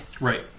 Right